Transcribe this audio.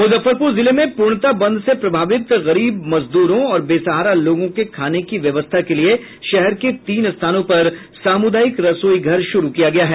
मूजफ्फरपूर जिले में पूर्णतः बंद से प्रभावित गरीब मजदूरों और बेसहारा लोगों के खाने की व्यवस्था के लिये शहर के तीन स्थानों पर सामुदायिक रसोई घर शुरू किया गया है